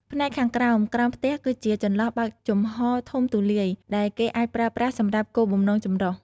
ផ្នែកខាងក្រោម ក្រោមផ្ទះ គឺជា ចន្លោះបើកចំហរធំទូលាយ ដែលគេអាចប្រើប្រាស់សម្រាប់គោលបំណងចម្រុះ ។